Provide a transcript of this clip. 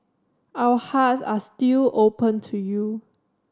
our hearts are still open to you